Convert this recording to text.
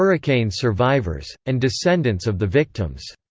hurricane survivors, and descendants of the victims.